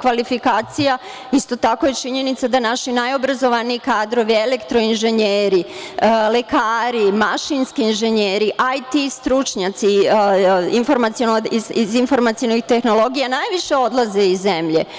kvalifikacija, isto tako je činjenica da naši najobrazovaniji kadrovi, elektroinženjeri, lekari, mašinski inženjeri, IT stručnjaci, iz informacionih tehnologija najviše odlazi iz zemlje.